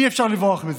אי-אפשר לברוח מזה.